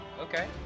Okay